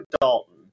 Dalton